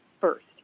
First